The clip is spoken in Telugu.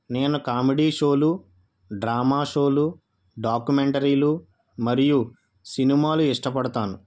నేను కామెడీ షోలు డ్రామా షోలు డాక్యుమెంటరీలు మరియు సినిమాలు ఇష్టపడతాను